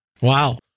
Wow